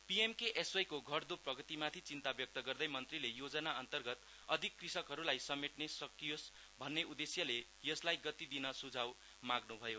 PMKSY को घट्दो प्रगतिमाथि चिन्ता व्यक्त गर्दै मन्त्रीले योजनाअन्तर्गत अधिक कृषकहरूलाई समेट्न सकियोस् भन्ने उद्देश्यले यसलाई गती दिन सुझाउहरू माग्नुभयो